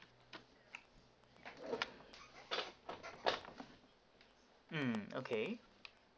mm okay